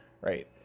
right